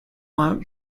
want